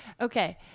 Okay